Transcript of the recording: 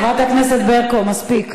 חברת הכנסת ברקו, מספיק.